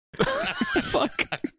Fuck